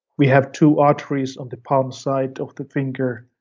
we have two arteries on the palm side of the finger.